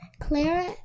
Clara